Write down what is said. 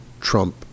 Trump